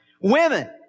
Women